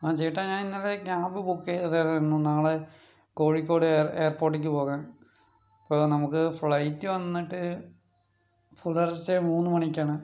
ആ ചേട്ടാ ഞാൻ ഇന്നലെ ക്യാബ് ബുക്ക് ചെയ്തതായിരുന്നു നാളെ കോഴിക്കോട് എയർപോർട്ടിലേക്ക് പോകാൻ അപ്പോൾ നമുക്ക് ഫ്ലൈറ്റ് വന്നിട്ട് പുലർച്ചെ മൂന്ന് മണിക്കാണ്